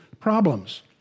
problems